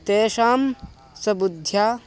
तेषां सबुद्ध्या